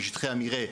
בשטחי המרעה,